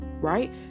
right